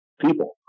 people